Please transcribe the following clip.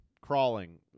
Crawling